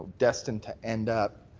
destined to end up.